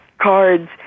cards